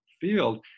field